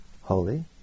holy